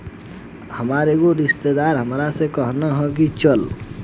हामार एगो रिस्तेदार हामरा से कहलन की चलऽ